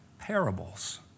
parables